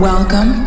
Welcome